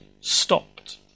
stopped